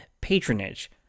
patronage